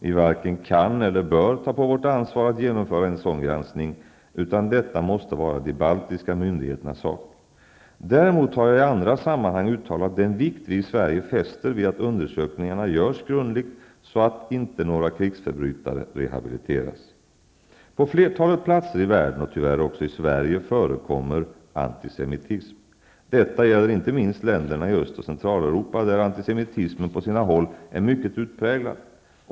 Vi varken kan eller bör ta på vårt ansvar att genomföra en sådan granskning, utan detta måste vara de baltiska myndigheternas sak. Däremot har jag i andra sammanhang framhållit den vikt vi i Sverige fäster vid att undersökningarna görs grundligt, så att inte några krigsförbrytare rehabiliteras. På flertalet platser i världen, och tyvärr också i Sverige, förekommer antisemitism. Detta gäller inte minst länderna i Öst och Centraleuropa, där antisemitismen på sina håll är mycket utpräglad.